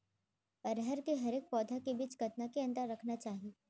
अरहर के हरेक पौधा के बीच कतना के अंतर रखना चाही?